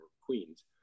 Queens